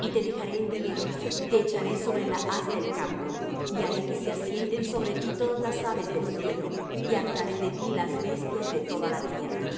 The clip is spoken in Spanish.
y te dejaré en tierra te echaré sobre la haz del campo y haré que se asienten sobre ti todas las aves del cielo y hartaré de ti las bestias de toda la tierra